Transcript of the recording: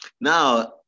Now